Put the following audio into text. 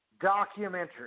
documentary